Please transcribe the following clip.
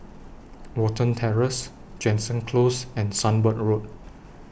Watten Terrace Jansen Close and Sunbird Road